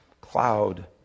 cloud